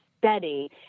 steady